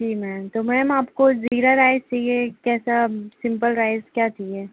जी ma'am तो ma'am आपको जीरा राइस चाहिए कैसा सिम्पल राइस क्या चाहिए